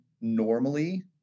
normally